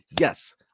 Yes